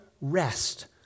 rest